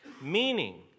meaning